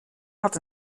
had